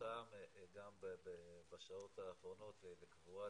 אותם גם בשעות האחרונות לקבורה